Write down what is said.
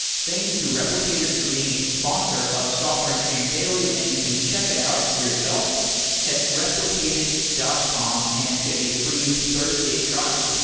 thank you to replicated for being a sponsor of software engineering daily, and you can check it out for yourself at replicated dot com and get a free thirty day trial